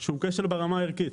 שהוא כשל ברמה הערכית.